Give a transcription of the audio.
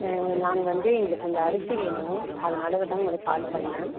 நாங்கள் வந்து எங்களுக்கு கொஞ்சம் அரிசி வேணும் அதனால் உங்களுக்கு கால் பண்ணேன்